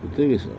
the thing is